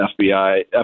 FBI